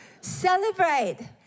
Celebrate